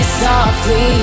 softly